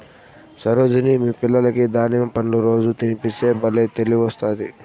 సరోజిని మీ పిల్లలకి దానిమ్మ పండ్లు రోజూ తినిపిస్తే బల్లే తెలివొస్తాది